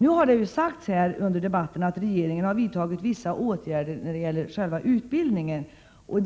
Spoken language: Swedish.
Under debatten har det sagts att regeringen har vidtagit vissa åtgärder i fråga om själva utbildningen,